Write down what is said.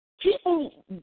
people